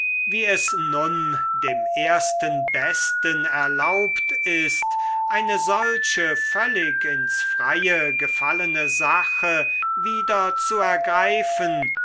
wie es nun dem ersten besten erlaubt ist eine solche völlig ins freie gefallene sache wieder zu ergreifen